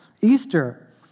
Easter